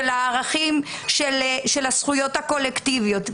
של הזכויות הקולקטיביות.